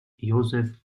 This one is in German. josef